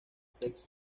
sexo